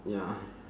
ya